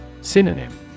Synonym